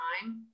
time